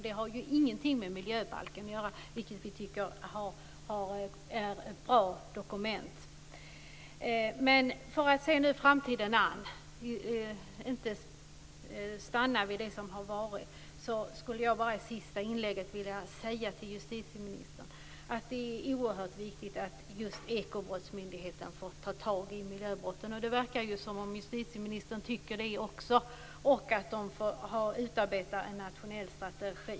Det har ingenting med miljöbalken att göra, som vi tycker är ett bra dokument. För att nu se framtiden an och inte stanna vid det som har varit vill jag i mitt sista inlägg säga till justitieministern att det är oerhört viktigt att Ekobrottsmyndigheten får ta tag i miljöbrotten - det verkar ju även justitieministern tycka - och att den får utarbeta en nationell strategi.